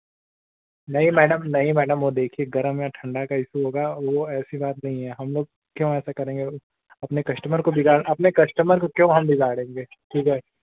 नही मैडम नहीं मैडम वह देखिए गर्म या ठंडा कैसे होगा वह ऐसी बात नहीं है हम लोग क्यों ऐसा करेंगे अपने कश्टमर को बिगाड़ अपने कश्टमर को क्यों हम बिगाड़ेंगे ठीक है